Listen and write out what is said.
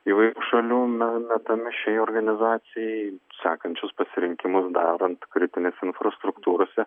įvairių šalių me metami šiai organizacijai sekančius pasirinkimus darant kritinės infrastruktūrose